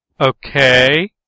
Okay